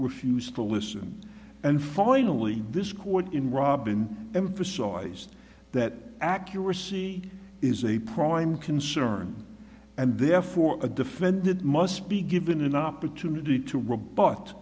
refused to listen and finally this court in robin emphasized that accuracy is a prime concern and therefore a defendant must be given an opportunity to r